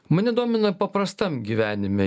mane domina paprastam gyvenime